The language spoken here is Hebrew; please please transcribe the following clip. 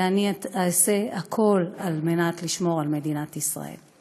ואני אעשה הכול על מנת לשמור על מדינת ישראל.